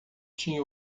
tinha